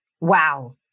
Wow